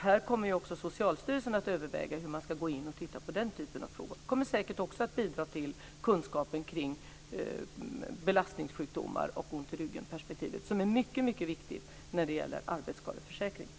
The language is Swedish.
Här kommer också Socialstyrelsen att överväga hur man ska gå in och titta på den typen av frågor. Det kommer säkert också att bidra till kunskapen om belastningssjukdomar och ryggskador, som är mycket viktig när det gäller arbetsskadeförsäkringen.